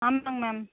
ஆமாம்ங்க மேம்